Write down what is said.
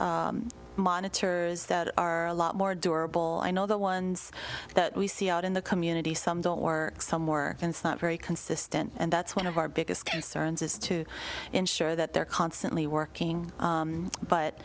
at monitors that are a lot more durable i know the ones that we see out in the community some don't work some more and some very consistent and that's one of our biggest concerns is to ensure that they're constantly working